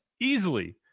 easily